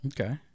Okay